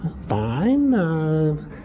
Fine